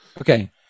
Okay